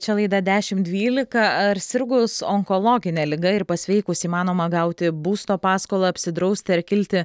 čia laida dešimt dvylika ar sirgus onkologine liga ir pasveikus įmanoma gauti būsto paskolą apsidrausti ar kilti